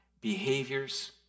behaviors